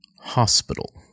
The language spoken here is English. hospital